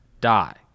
die